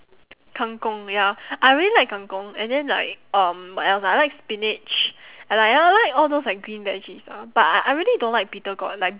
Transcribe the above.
kang-kong ya I really like kang-kong and then like um what else ah I like spinach I like I like all those like green veggies ah but I I really don't like bitter gourd like